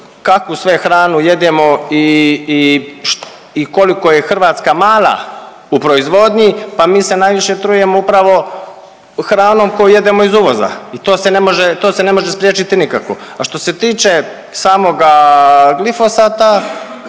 kakvu sve hranu jedemo i koliko je Hrvatska mala u proizvodnji, pa mi se najviše trujemo upravo hranom koju jedemo iz uvoza i to se ne može, to se ne može spriječiti nikako. A što se tiče samoga glifosata,